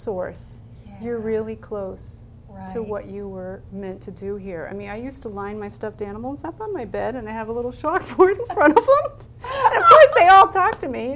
source you're really close to what you were meant to do here i mean i used to line my stuffed animals up on my bed and i have a little short